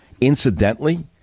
Incidentally